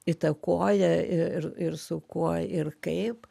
įtakoja ir ir su kuo ir kaip